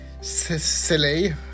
silly